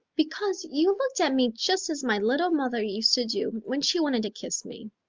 because you looked at me just as my little mother used to do when she wanted to kiss me.